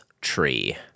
tree